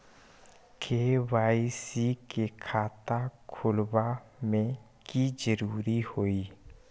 KYC के खाता खुलवा में की जरूरी होई?